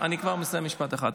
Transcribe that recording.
אני כבר מסיים, משפט אחד.